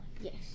Yes